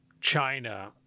China